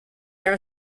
are